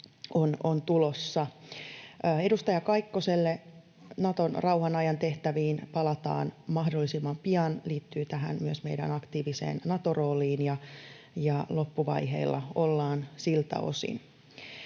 on tulossa. Edustaja Kaikkoselle: Naton rauhanajan tehtäviin palataan mahdollisimman pian. Se liittyy myös tähän meidän aktiiviseen Nato-rooliin, ja loppuvaiheilla ollaan siltä osin.